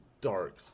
dark